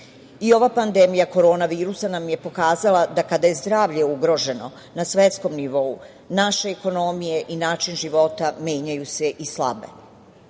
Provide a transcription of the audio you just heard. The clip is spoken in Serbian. pandemija korona virusa nam je pokazala da kada je zdravlje ugroženo na svetskom nivou, naše ekonomije i način života menjaju se i slabe.